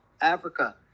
Africa